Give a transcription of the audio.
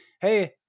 hey